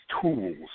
tools